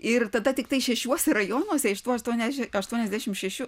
ir tada tiktai šešiuose rajonuose aštuoniasdešimt aštuoniasdešimt šešių